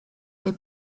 les